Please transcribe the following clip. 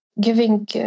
giving